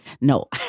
No